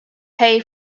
pay